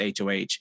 HOH